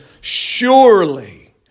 surely